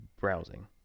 browsing